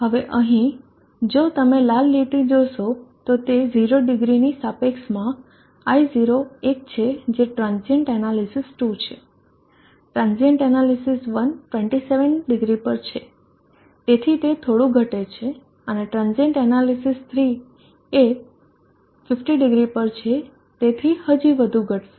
હવે અહીં જો તમે લાલ લીટી જોશો તો 00 ની સાપેક્ષ માં I0 એક છે જે transient analysis 2 છે transient analysis 1 270 પર છે તેથી તે થોડું ઘટે છે અને transient analysis 3 આ 500 પર છે તેથી હજી વધુ ઘટશે